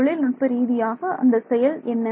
தொழில் நுட்ப ரீதியாக அந்த செயல் என்ன